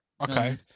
Okay